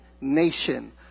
nation